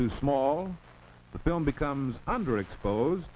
too small the film becomes underexposed